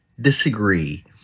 disagree